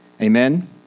Amen